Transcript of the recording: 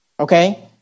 Okay